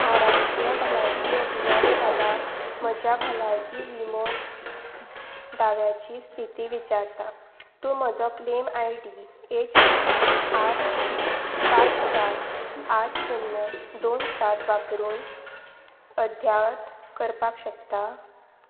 हांव राष्ट्रीय भलायकी अभियान खाला म्हज्या भलायकी विमो दाव्याची स्थिती विचारता तूं म्हजो claim I D H V R T पांच सात आठ शुन्य दोन सात वापरून अध्यावत करपाक शकता